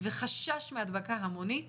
וחשש מהדבקה המונית